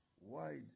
wide